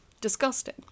Disgusting